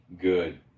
good